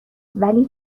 ولی